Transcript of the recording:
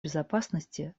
безопасности